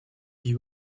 you